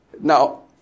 Now